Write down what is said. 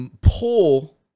pull